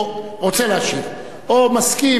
או מסכים,